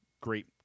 Great